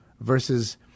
versus